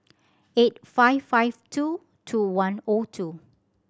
eight five five two two one O two